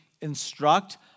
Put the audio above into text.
instruct